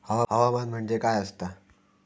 हवामान म्हणजे काय असता?